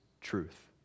truth